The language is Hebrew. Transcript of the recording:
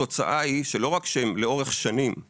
התוצאה היא שלא רק שלאורך שנים הם